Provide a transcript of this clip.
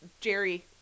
Jerry